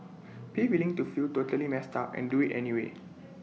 be willing to feel totally messed up and do IT anyway